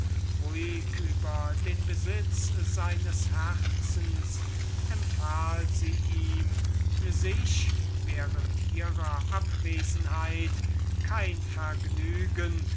über den besitz seines herzens empfahl sie ihm desto eifriger sich während ihrer abwesenheit